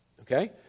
Okay